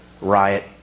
riot